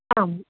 आम्